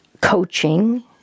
coaching